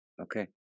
Okay